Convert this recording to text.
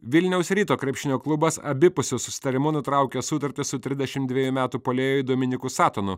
vilniaus ryto krepšinio klubas abipusiu susitarimu nutraukė sutartį su trisdešimt dviejų metų puolėju dominyku satonu